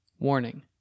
Warning